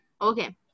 Okay